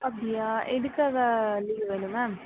அப்படியா எதுக்காக லீவு வேணும் மேம்